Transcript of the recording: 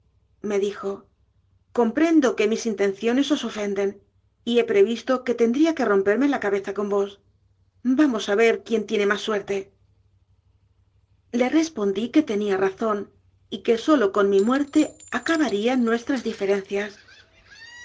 me dijo comprendo que mis intenciones os ofenden y he previsto que tendría que romperme la cabeza con vos vamos a ver quién tiene más suerte le respondí que tenía razón y que sólo con mi muerte acabarían nuestras diferencias